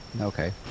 Okay